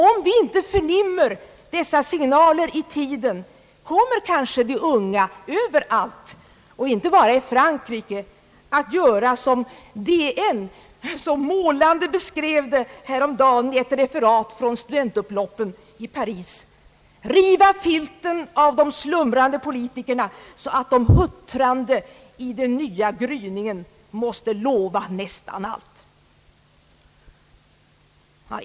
Om vi inte förnimmer dessa signaler i tiden kommer kanske de unga överallt — inte bara i Frankrike — att göra som Dagens Nyheter så målande beskrev det i ett referat häromdagen från studentupploppen i Paris: Riva filten av de slumrande politikerna så att de huttrande i den nya gryningen måste lova nästan allt!